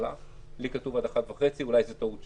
תעלה על X ימים --- ובהתאם לגודל העסק,